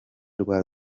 rwa